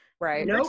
Right